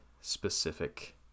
specific